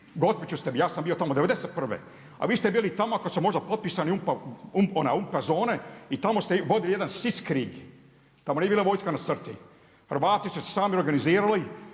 godine, ja sam bio tamo '91.,a vi ste bili tamo ako su možda potpisani UNPA zone, i tamo ste vodili jedan sitzkrieg, tamo nije bila vojska na crti, Hrvati su se sami organizirali,